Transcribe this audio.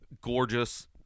gorgeous